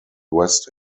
west